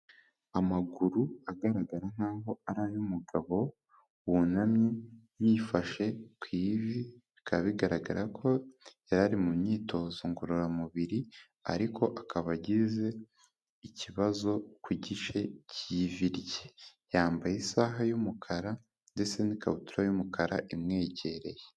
Amaguru agaragara nkaho ari ay'umugabo, wunamye yifashe ku ivi, bikaba bigaragara ko yari ari mu myitozo ngororamubiri ariko akaba agize ikibazo ku gice k'ivi rye, yambaye isaha y'umukara ndetse n'ikabutura y'umukara imwegereye.